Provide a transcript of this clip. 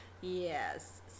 Yes